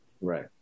Right